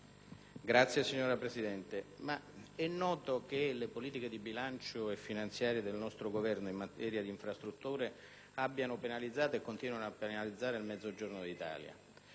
Signora Presidente, è noto che le politiche di bilancio e finanziarie del nostro Governo in materia di infrastrutture abbiano penalizzato e continuino a penalizzare il Mezzogiorno d'Italia.